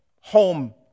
home